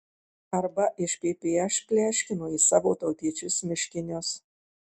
arba iš ppš pleškino į savo tautiečius miškinius